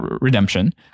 redemption